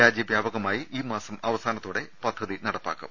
രാജ്യ വ്യാപകമായി ഈമാസം അവസാനത്തോടെ പദ്ധതി നടപ്പാക്കും